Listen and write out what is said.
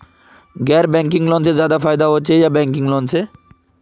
गैर banking loan से ज्यादा फायदा होचे या बैंकिंग लोन से?